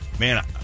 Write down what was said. Man